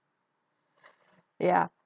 ya